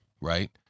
right